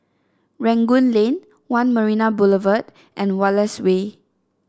Rangoon Lane One Marina Boulevard and Wallace Way